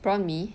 prawn mee